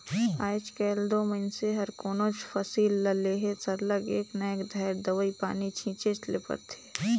आएज काएल दो मइनसे हर कोनोच फसिल ल लेहे सरलग एक न एक धाएर दवई पानी छींचेच ले परथे